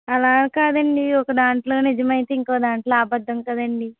అలా కాదండి ఒకదాంట్లో నిజమైతే ఇంకోదాంట్లో అబద్ధం కదండి